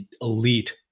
elite